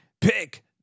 Pick